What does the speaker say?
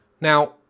Now